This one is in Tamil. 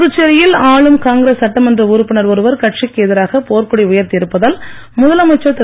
புதுச்சேரியில் ஆளும் காங்கிரஸ் சட்டமன்ற உறுப்பினர் ஒருவர் கட்சிக்கு எதிராக போர்க் கொடி உயர்த்தி இருப்பதால் முதலமைச்சர் திரு